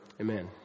Amen